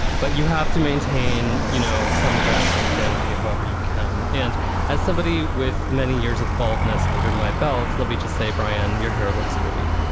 but you have to maintain, you know, some grasp on sanity. however you can. and as somebody with many years of baldness under my belt, let me just say, brian, your hair looks great.